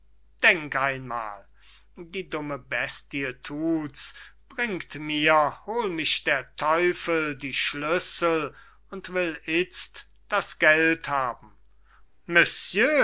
denk einmal die dumme bestie thuts bringt mir hol mich der teufel die schlüssel und will itzt das geld haben